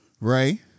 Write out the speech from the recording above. Ray